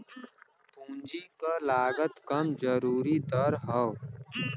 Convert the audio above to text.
पूंजी क लागत कम जरूरी दर हौ